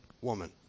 woman